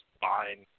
fine